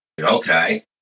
Okay